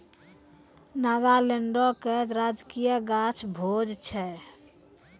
नागालैंडो के राजकीय गाछ भोज छै